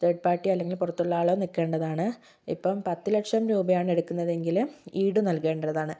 third party അല്ലെങ്കിൽ പുറത്തുള്ളതാണ് ഇപ്പോൾ പത്ത് ലക്ഷം രൂപയാണ് എടുക്കുന്നത് എങ്കിൽ ഈഡ് നൽകേണ്ടതാണ്